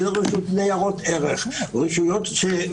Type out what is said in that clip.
רשות ניירות ערך למשל,